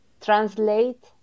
translate